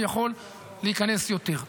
ויכול להיכנס יותר.